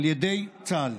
על ידי צה"ל.